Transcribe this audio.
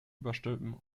überstülpen